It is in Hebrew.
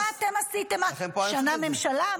מה אתם עשיתם, שנה ממשלה?